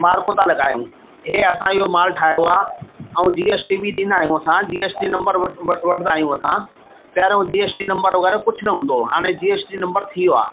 Marco था लॻायूं इहे असां इहो माल ठाहियो आहे ऐं जी एस टी बि ॾींदा आहियूं असां जी एस टी नम्बर व वठंदा आहियूं असां पहिरियों जी एस टी नम्बर वग़ैरह कुझु न हूंदो हुओ हींअर जी एस टी नम्बर थी वियो आहे